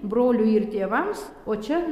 broliui ir tėvams o čia